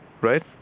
right